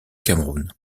cameroun